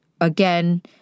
again